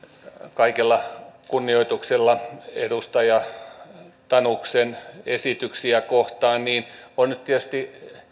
kaikella kunnioituksella edustaja tanuksen esityksiä kohtaan on tietysti